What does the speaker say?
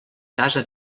casa